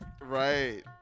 Right